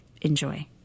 enjoy